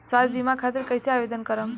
स्वास्थ्य बीमा खातिर कईसे आवेदन करम?